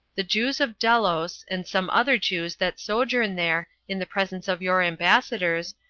the jews of delos, and some other jews that sojourn there, in the presence of your ambassadors,